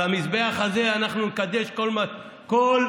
על המזבח הזה אנחנו נקדש כל גחמה.